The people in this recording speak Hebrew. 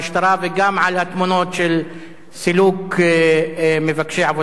וגם על התמונות של סילוק מבקשי עבודה.